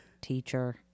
teacher